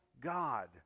God